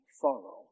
follow